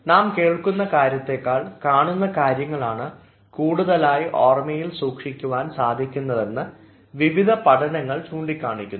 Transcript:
നാം കേൾക്കുന്ന കാര്യത്തേക്കാൾ കാണുന്ന കാര്യങ്ങളാണ് കൂടുതലായി ഓർമ്മയിൽ സൂക്ഷിക്കുവാൻ സാധിക്കുന്നത് എന്ന് വിവിധ പഠനങ്ങൾ ചൂണ്ടിക്കാണിക്കുന്നു